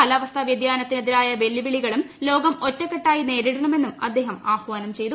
കാലാവസ്ഥാ വൃതിയാനത്തിന് എതിരായ വെല്ലുവിളികളും ലോകം ഒറ്റക്കെട്ടായി നേരിടണമെന്നും അദ്ദേഹം ആഹ്വാനം ചെയ്തു